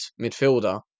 midfielder